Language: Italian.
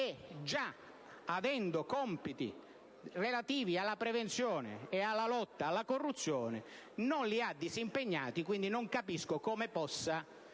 e già avendo compiti relativi alla prevenzione e alla lotta alla corruzione non li ha disimpegnati; non capisco quindi come possa